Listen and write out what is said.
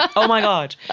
oh, my god.